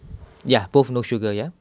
ya both no sugar ya